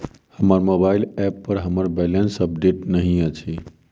हमर mobile app पर हमर बैलेंस अपडेट नहि अछि